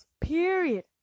period